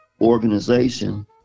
organization